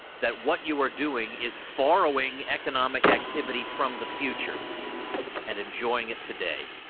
that, what you are doing is borrowing economic activity from the future and enjoying it today.